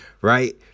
Right